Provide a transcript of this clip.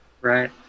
Right